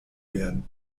werden